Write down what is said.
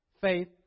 faith